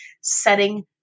setting